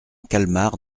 calmar